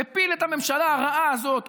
מפיל את הממשלה הרעה הזאת,